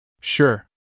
Sure